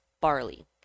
barley